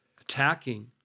attacking